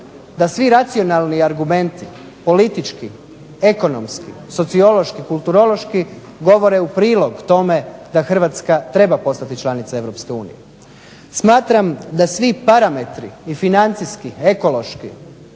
da svi racionalni argumenti, politički, ekonomski, sociološki, kulturološki govore u prilog tome da Hrvatska treba postati članica Europske unije. Smatram da svi parametri, i financijski, ekološki,